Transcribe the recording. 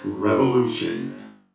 Revolution